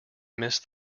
missed